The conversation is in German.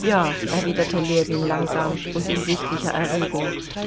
ja erwiderte ljewin langsam und in sichtlicher erregung